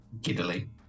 Giddily